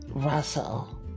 Russell